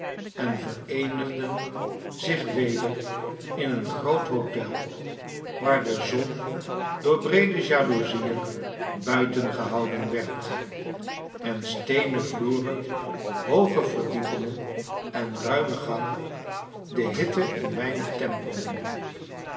en vereenigden zich weder in een greet hotel waar de zon door breede jalouzieen buiten gehouden werd en steenen vloeren hooge verdiepingen en ruinie gangen de hitte een weinig temperden